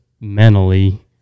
mentally